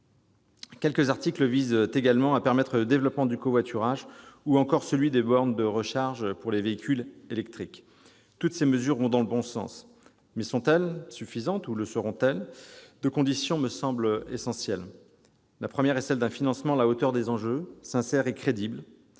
Quelques articles visent également à permettre le développement du covoiturage ou encore celui des bornes de recharge pour les véhicules électriques. Toutes ces mesures vont dans le bon sens. Mais seront-elles suffisantes ? Deux conditions me semblent essentielles. La première est celle d'un financement à la hauteur des enjeux, sincère et crédible.